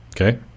okay